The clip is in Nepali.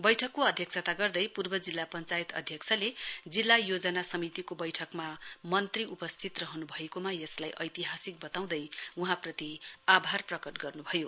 वैठकको अध्यक्षता गर्दै पूर्व जिल्ला पञ्चायत अध्यक्षले जिल्ला योजना समितिको वैठकमा मन्त्री उपस्थित रहनु भएकोमा यसलाई ऐतिहासिक वताउँदै आभार प्रकट गर्नुभयो